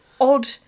odd